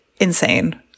insane